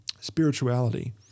Spirituality